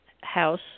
house